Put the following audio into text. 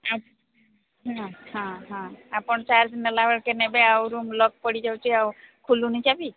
ହଁ ହଁ ହଁ ଆପଣ ଚାର୍ଜ ନେଲାବେଳକେ ନେବେ ଆଉ ରୁମ୍ ଲକ୍ ପଡ଼ିଯାଉଛି ଆଉ ଖୁଲୁନି ଚାବି